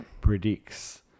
predicts